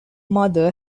mother